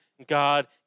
God